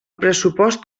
pressupost